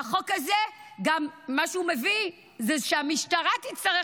מה שהחוק הזה גם מביא זה שהמשטרה תצטרך